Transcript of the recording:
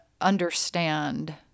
understand